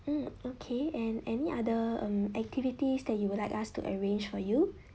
mm okay and any other um activities that you would like us to arrange for you